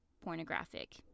pornographic